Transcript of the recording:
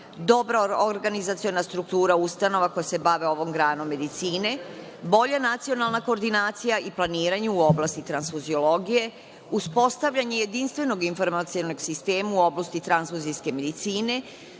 dobra organizaciona struktura ustanova koje se bave ovom granom medicine, bolja nacionalna koordinacija i planiranje u oblasti transfuziologije, uspostavljanje jedinstvenog informacionog sistema u oblasti transfuzijske medicine,